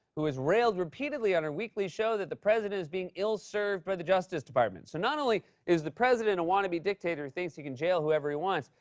who has railed repeatedly on her weekly show that the president is being ill-served by the justice department. so not only is the president a wannabe dictator who thinks he can jail whoever he wants,